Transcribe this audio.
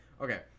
okay